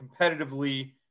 competitively